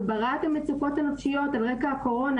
הגברת המצוקות הנפשיות על רקע הקורונה,